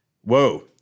Whoa